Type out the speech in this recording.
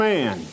Man